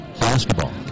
basketball